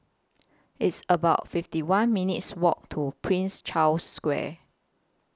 It's about fifty one minutes' Walk to Prince Charles Square